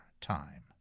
time